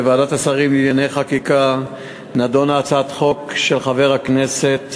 בוועדת השרים לענייני חקיקה נדונה הצעת חוק של חבר הכנסת